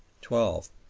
twelve.